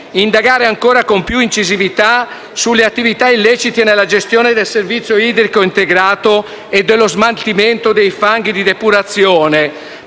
indagare ancora con più incisività sulle attività illecite nella gestione del servizio idrico integrato e dello smaltimento dei fanghi di depurazione.